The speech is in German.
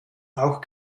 auch